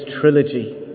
trilogy